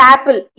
Apple